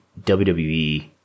WWE